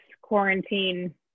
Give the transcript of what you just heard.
quarantine